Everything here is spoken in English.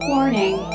Warning